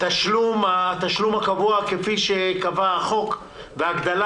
התשלום הקבוע כפי שקבע החוק ובמקום ההגדלה